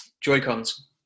Joy-Cons